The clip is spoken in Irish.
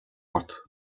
ort